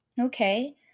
Okay